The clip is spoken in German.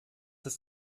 ist